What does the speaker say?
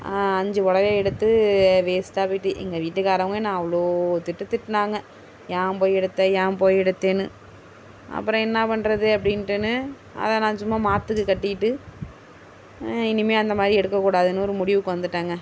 அஞ்சு புடவ எடுத்து வேஸ்ட்டாக போயிட்டு எங்கள் வீட்டுகாரங்க நான் அவ்வளோ திட்டு திட்டுனாங்க ஏன் போய் எடுத்தே ஏன் போய் எடுத்தேன்னு அப்புறம் என்ன பண்ணுறது அப்படின்னுட்டுனு அதை நான் சும்மா மாற்றுக்கு கட்டிகிட்டு இனிமேல் அந்த மாதிரி எடுக்க கூடாதுன்னு ஒரு முடிவுக்கு வந்துவிட்டேன்ங்க